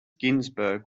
ginsberg